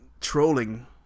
trolling